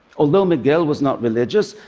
although miguel was not religious,